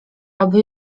aby